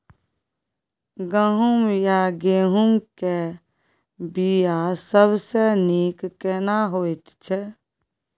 गहूम या गेहूं के बिया सबसे नीक केना होयत छै?